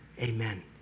Amen